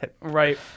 Right